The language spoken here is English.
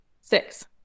six